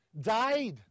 died